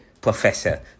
Professor